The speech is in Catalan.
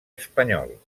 espanyol